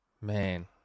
Man